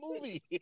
movie